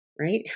right